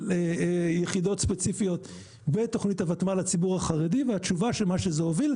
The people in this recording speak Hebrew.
יחידות ספציפיות בתכנית הותמ"ל לציבור החרדי והתשובה שמה שזה הוביל,